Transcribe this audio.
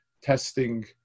testing